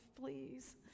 please